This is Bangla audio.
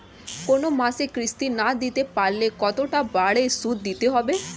কোন মাসে কিস্তি না দিতে পারলে কতটা বাড়ে সুদ দিতে হবে?